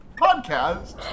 podcast